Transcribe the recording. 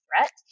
threat